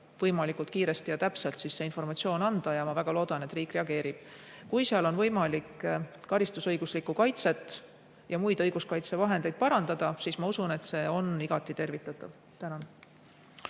võimalikult kiiresti ja täpselt see informatsioon anda ja ma väga loodan, et riik reageerib. Kui on võimalik karistusõiguslikku kaitset ja muid õiguskaitsevahendeid parandada, siis ma usun, et see on igati tervitatav.